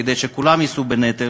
כדי שכולם יישאו בנטל,